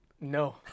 No